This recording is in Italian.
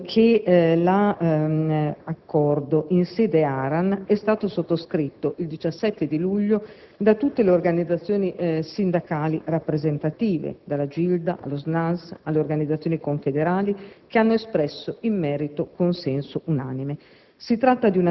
rammento che l'accordo in sede ARAN è stato sottoscritto il 17 luglio da tutte le organizzazioni sindacali rappresentative, dalla GILDA allo SNALS, alle organizzazioni confederali, che hanno espresso in merito consenso unanime.